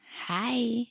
Hi